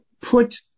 put